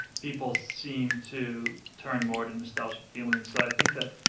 people seem to turn more to nostalgic feelings. so i think that,